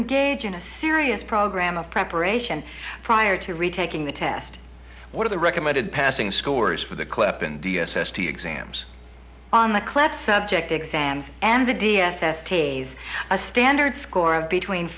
engage in a serious program of preparation prior to retaking the test what are the recommended passing scores for the clip and d s s to exams on the class subject exams and the d s s tase a standard score of between